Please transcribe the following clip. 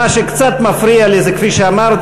מה שקצת מפריע לי זה כפי שאמרתי,